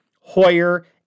Hoyer